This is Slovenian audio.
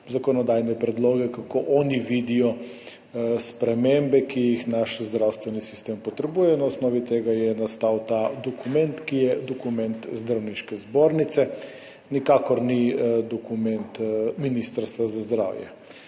zakonodajne predloge, kako oni vidijo spremembe, ki jih naš zdravstveni sistem potrebuje. Na osnovi tega je nastal ta dokument, ki je dokument Zdravniške zbornice, nikakor ni dokument Ministrstva za zdravje.